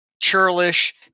churlish